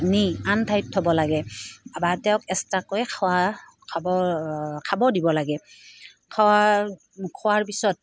নি আন ঠাইত থ'ব লাগে বা তেওঁক এক্সট্ৰাকৈ খোৱা খাব খাব দিব লাগে খোৱাৰ খোৱাৰ পিছত